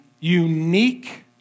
unique